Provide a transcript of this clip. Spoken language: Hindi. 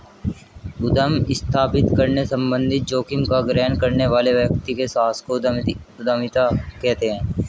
उद्यम स्थापित करने संबंधित जोखिम का ग्रहण करने वाले व्यक्ति के साहस को उद्यमिता कहते हैं